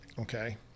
Okay